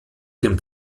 dem